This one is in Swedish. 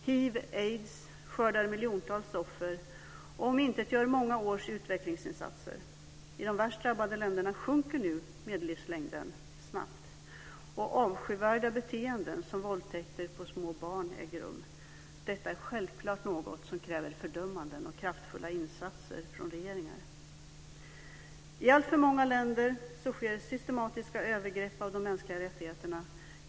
Hiv/aids skördar miljontals offer och omintetgör många års utvecklingsinsatser. I de värst drabbade länderna sjunker nu medellivslängden snabbt, och avskyvärda beteenden som våldtäkter på små barn äger rum. Detta är självklart något som kräver fördömanden och kraftfulla insatser från regeringar. I alltför många länder sker systematiska övergrepp mot de mänskliga rättigheterna.